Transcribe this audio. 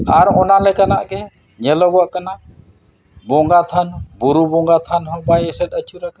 ᱟᱨ ᱚᱱᱟ ᱞᱮᱠᱟᱱᱟᱜ ᱜᱮ ᱧᱮᱞᱚᱜᱚᱜ ᱠᱟᱱᱟ ᱵᱚᱸᱜᱟ ᱛᱷᱟᱱ ᱵᱩᱨᱩ ᱵᱚᱸᱜᱟ ᱛᱷᱟᱱ ᱦᱚᱸ ᱵᱟᱭ ᱮᱥᱮᱫ ᱟᱹᱪᱩᱨ ᱟᱠᱟᱱᱟ